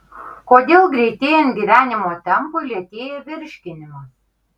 kodėl greitėjant gyvenimo tempui lėtėja virškinimas